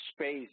space